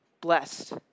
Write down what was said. Blessed